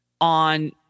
on